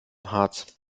harz